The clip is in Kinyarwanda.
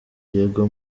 diego